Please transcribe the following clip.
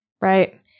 right